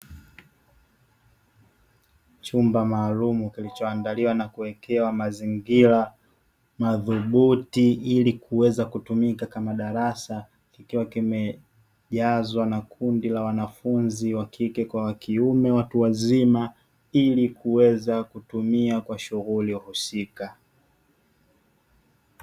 Chumba maalumu kilicho andaliwa na kuwekewa mazingira mathubuti ili kuweza kutumika kama darasa, kikiwa kimejazwa na kundi la wanafunzi wakike kwa wakiume watu wazima ili kuweza kutumia kwa shughuli husika.